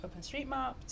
OpenStreetMap